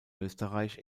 österreich